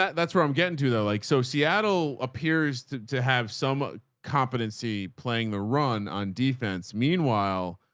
that's where i'm getting to though. like, so seattle appears to to have some ah competency playing the run on defense. meanwhile,